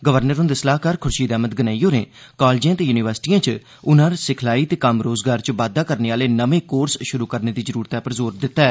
governor हन्दे सलाहकार ख्शीद अहमद गनई होरें कालेजें ते य्निवर्सिटियें च हनर सिखलाई ते कम्म रोजगार च बाद्दा करने आले नमें कोर्से श्रु करने दी जरुरतै पर जोर दिता ऐ